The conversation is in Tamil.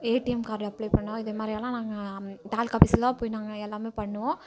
ஏடிஎம் கார்ட் அப்ளை பண்ணோம் இதேமாதிரியெல்லாம் நாங்கள் தாலுக்காஃபீஸ்லதான் போய் நாங்கள் எல்லாமே பண்ணுவோம்